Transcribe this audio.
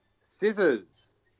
Scissors